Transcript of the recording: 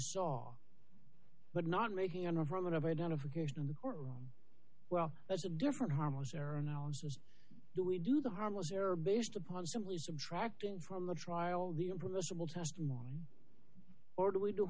saw but not making an argument of identification in the courtroom well that's a different harmless error analysis do we do the harmless error based upon simply subtracting from the trial the impermissible testimony or do we do